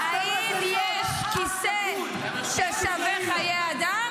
להיות אח שכול --- האם יש כיסא ששווה חיי אדם?